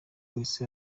wese